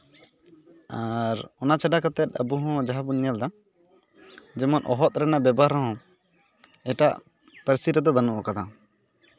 ᱟᱨ ᱚᱱᱟ ᱪᱷᱟᱰᱟ ᱠᱟᱛᱮᱫ ᱟᱵᱚ ᱦᱚᱸ ᱡᱟᱦᱟᱸ ᱵᱚᱱ ᱧᱮᱞᱫᱟ ᱡᱮᱢᱚᱱ ᱚᱦᱚᱫ ᱨᱮᱱᱟᱜ ᱵᱮᱵᱚᱦᱟᱨ ᱦᱚᱸ ᱮᱴᱟᱜ ᱯᱟᱹᱨᱥᱤ ᱨᱮᱫᱚ ᱵᱟᱹᱱᱩᱜ ᱟᱠᱟᱫᱟ